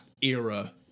era